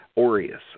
aureus